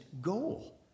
goal